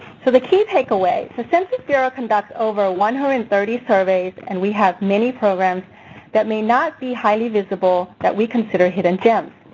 so the key takeaway, the census bureau conducts over one hundred and thirty surveys and we have many programs that may not be highly visible that we consider hidden gems.